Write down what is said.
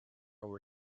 over